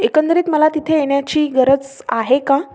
एकंदरीत मला तिथे येण्याची गरज आहे का